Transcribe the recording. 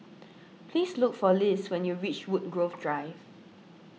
please look for Liz when you reach Woodgrove Drive